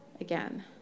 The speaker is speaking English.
Again